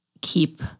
keep